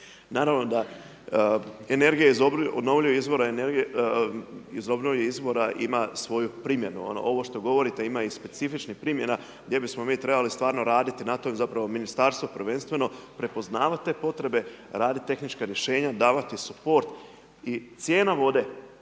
iz obnovljivih izvora ima svoju primjenu. Ono što govorite ima i specifičnih primjena gdje bismo mi trebali stvarno raditi na tome i zapravo ministarstvo prvenstveno prepoznavat te potrebe, raditi tehnička rješenja, davati suport i cijena vode